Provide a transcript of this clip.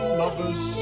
lovers